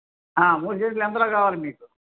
మూడు సెంట్లు ఎంతలో కావాలి మీకు